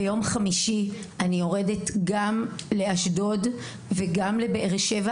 ביום חמישי אני יורדת גם לאשדוד וגם לבאר שבע